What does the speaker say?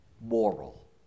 moral